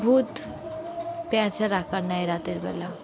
ভূত পেঁচার আকার নেয় রাতেরবেলা